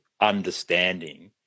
understanding